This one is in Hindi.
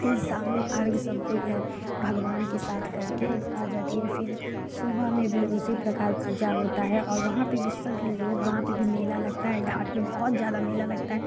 इस शाम में अर्घ सब कोई है भगवान के साथ करके आ जाती है फिर सुबह में भी उसी प्रकार पूजा होता है और वहाँ पे भी सभी लोग वहाँ पे भी मेला लगता है घाट पे बहुत ज़्यादा मेला लगता है